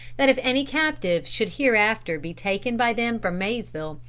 that if any captive should hereafter be taken by them from maysville,